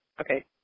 Okay